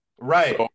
right